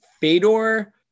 Fedor